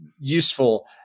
useful